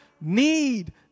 need